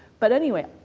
but anyway,